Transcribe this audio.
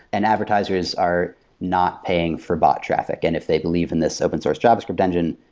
and advertisers are not paying for bot traffic. and if they believe in this open source javascript engine,